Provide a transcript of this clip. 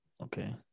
Okay